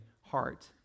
heart